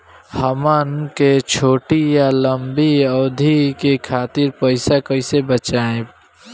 हमन के छोटी या लंबी अवधि के खातिर पैसा कैसे बचाइब?